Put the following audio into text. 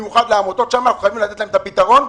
זה כתוב שם במפורש.